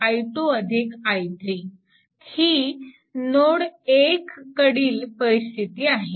5 i2 I3 ही node 1 कडील परिस्थिती आहे